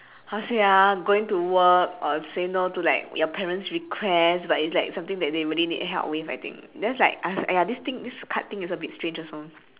how to say ah going to work or saying no to like your parents' request but it's like something that they really need help with I think that's like uh !aiya! this thing this card thing is a bit strange also